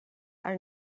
are